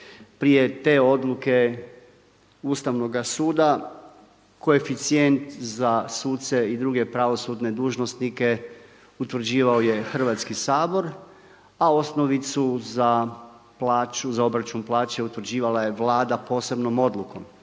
Prije te odluke Ustavnoga suda koeficijent za suce i druge pravosudne dužnosnike utvrđivao je Hrvatski sabor a osnovicu za plaću, za obračun plaće utvrđivala je Vlada posebnom odlukom.